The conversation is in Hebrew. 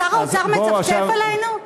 שר האוצר מצפצף עלינו?